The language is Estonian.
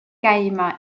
käima